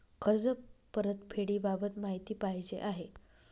कर्ज परतफेडीबाबत माहिती पाहिजे आहे